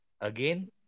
Again